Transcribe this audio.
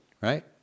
Right